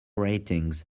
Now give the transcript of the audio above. ratings